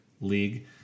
league